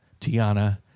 Tiana